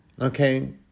Okay